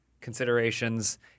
considerations